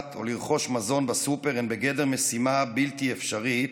או לרכוש מזון בסופר הן בגדר משימה בלתי אפשרית